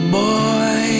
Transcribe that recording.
boy